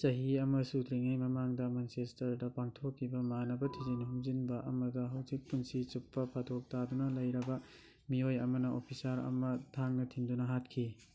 ꯆꯍꯤ ꯑꯃ ꯁꯨꯗ꯭ꯔꯤꯉꯩ ꯃꯃꯥꯡꯗ ꯃꯟꯆꯦꯁꯇꯔꯗ ꯄꯥꯡꯊꯣꯛꯈꯤꯕ ꯃꯥꯟꯅꯕ ꯊꯤꯖꯤꯟ ꯍꯨꯝꯖꯤꯟꯕ ꯑꯃꯒ ꯍꯧꯖꯤꯛ ꯄꯨꯟꯁꯤ ꯆꯨꯞꯄ ꯐꯥꯗꯣꯛ ꯇꯥꯗꯨꯅ ꯂꯩꯔꯕ ꯃꯤꯑꯣꯏ ꯑꯃꯅ ꯑꯣꯐꯤꯁꯥꯔ ꯑꯃ ꯊꯥꯡꯅ ꯊꯤꯟꯗꯨꯅ ꯍꯥꯠꯈꯤ